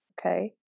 Okay